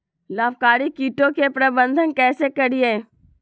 लाभकारी कीटों के प्रबंधन कैसे करीये?